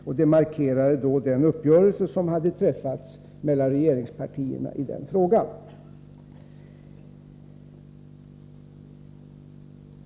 Detta markerade då den uppgörelse som i denna fråga hade träffats mellan regeringspartierna.